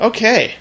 Okay